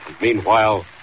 Meanwhile